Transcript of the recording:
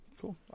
Cool